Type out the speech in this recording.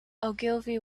ogilvy